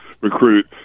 recruit